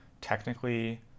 Technically